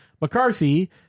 McCarthy